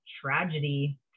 tragedy